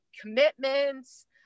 commitments